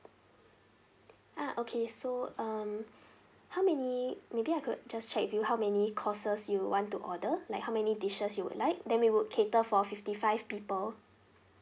ah okay so um how many maybe I could just check with you how many courses you want to order like how many dishes you would like then we would cater for fifty five people